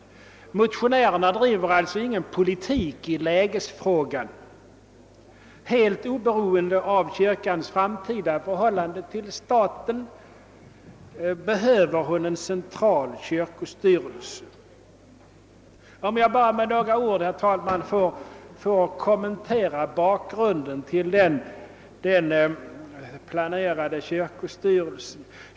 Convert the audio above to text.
Motionärerna driver således ingen politik i lägesfrågan. Helt oberoende av kyrkans framtida förhållande till staten behöver den en central kyrklig styrelse. Jag skall, herr talman, bara med några ord kommentera bakgrunden till den planerade kyrkostyrelsen.